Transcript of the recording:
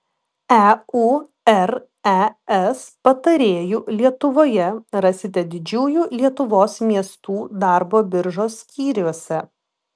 eures patarėjų lietuvoje rasite didžiųjų lietuvos miestų darbo biržos skyriuose